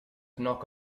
knock